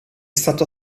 stato